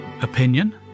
Opinion